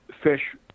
fish